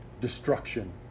destruction